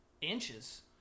Inches